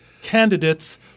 candidates